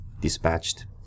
dispatched